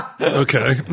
Okay